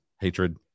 hatred